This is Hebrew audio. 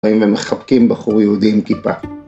‫האם הם מחבקים בחור יהודי עם כיפה?